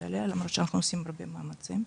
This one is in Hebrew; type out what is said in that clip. עליה למרות שאנחנו עושים הרבה מאמצים.